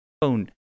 Phone